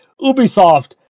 Ubisoft